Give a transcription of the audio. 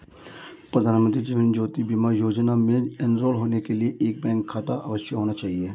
प्रधानमंत्री जीवन ज्योति बीमा योजना में एनरोल होने के लिए एक बैंक खाता अवश्य होना चाहिए